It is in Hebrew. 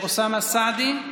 אוסאמה סעדי?